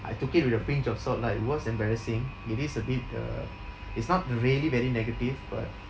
I took it with a pinch of salt lah it was embarrassing it is a bit uh it's not really very negative but